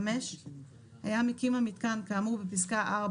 היה מקים המיתקן כאמור בפסקה (4),